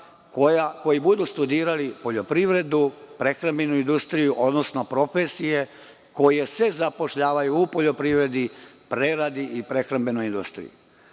koji budu studirali poljoprivredu, prehrambenu industriju, odnosno profesije koje se zapošljavaju u poljoprivredi, preradi i prehrambenoj industriji.